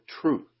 truth